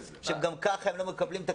שגם ככה לא מקבלים תקציבים מהמדינה.